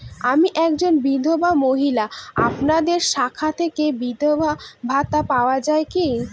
আমি একজন বিধবা মহিলা আপনাদের শাখা থেকে বিধবা ভাতা পাওয়া যায় কি?